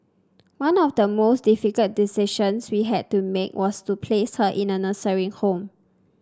one of the most difficult decisions we had to make was to place her in a nursing home